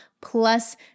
plus